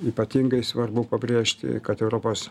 ypatingai svarbu pabrėžti kad europos